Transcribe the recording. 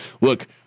look